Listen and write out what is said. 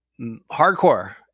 hardcore